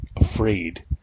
afraid